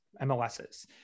MLSs